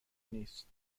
نیست